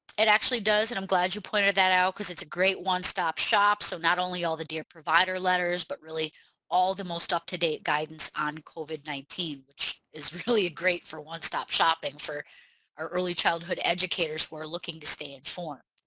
it actually does and i'm glad you pointed that out because it's a great one-stop shop so not only all the dear provider letters but really all the most up-to-date guidance on covid nineteen which is really great for one-stop shopping for our early childhood educators who are looking to stay informed.